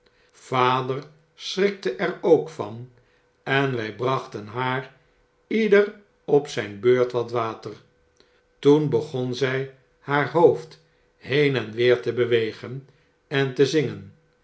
vader schrikte er ook van en wy brachten har ieder op zyn beurt wat water toen begon zy haar hoofd heen en weer te bewegen entezingen